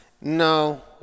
No